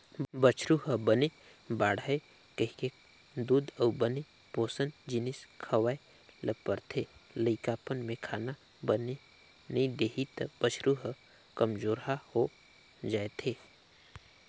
बछरु ह बने बाड़हय कहिके दूद अउ बने पोसन जिनिस खवाए ल परथे, लइकापन में खाना बने नइ देही त बछरू ह कमजोरहा हो जाएथे